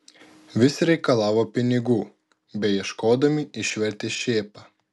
vis reikalavo pinigų beieškodami išvertė šėpą